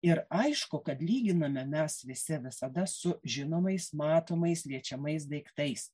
ir aišku kad lyginame mes visi visada su žinomais matomais liečiamais daiktais